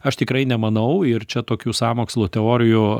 aš tikrai nemanau ir čia tokių sąmokslo teorijų